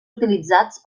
utilitzats